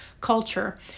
culture